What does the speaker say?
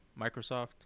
Microsoft